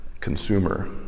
consumer